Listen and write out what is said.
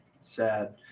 Sad